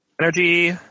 energy